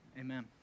amen